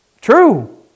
True